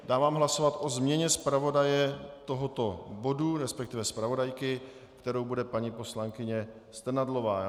Dávám hlasovat o změně zpravodaje tohoto bodu, resp. zpravodajky, kterou bude paní poslankyně Strnadlová.